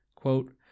Quote